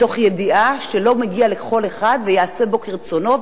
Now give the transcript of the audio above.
מתוך ידיעה שלא מגיע לכל אחד והוא יעשה בו כרצונו,